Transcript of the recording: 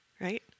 right